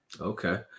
Okay